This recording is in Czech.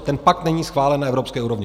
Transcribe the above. Ten pakt není schválen na Evropské úrovni.